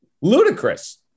Ludicrous